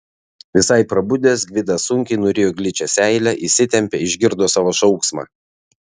visai prabudęs gvidas sunkiai nurijo gličią seilę įsitempė išgirdo savo šauksmą